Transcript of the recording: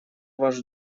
ваш